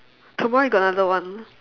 tomorrow you got another one